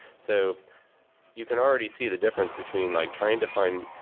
so you can already see the difference between like trying to find.